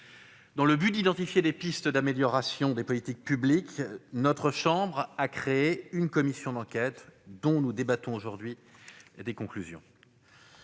Dans le but d'identifier des pistes d'amélioration des politiques publiques, la Haute Assemblée a créé une commission d'enquête dont nous débattons aujourd'hui des conclusions.